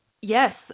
yes